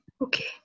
Okay